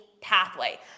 pathway